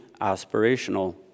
aspirational